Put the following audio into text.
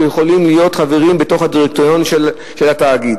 שיכולים להיות חברים בדירקטוריון של התאגיד.